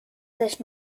sich